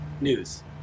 news